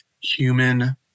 human